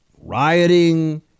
rioting